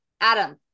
Adam